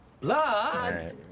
Blood